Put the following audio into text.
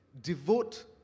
devote